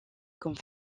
comme